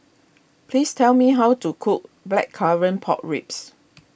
please tell me how to cook Blackcurrant Pork Ribs